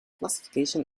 classification